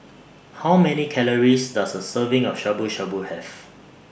How Many Calories Does A Serving of Shabu Shabu Have